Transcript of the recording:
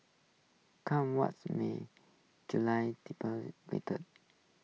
come what may July waiter